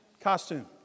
costume